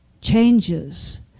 changes